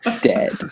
dead